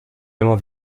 immer